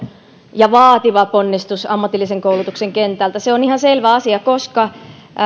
ja vaativa ponnistus ammatillisen koulutuksen kentältä se on ihan selvä asia koska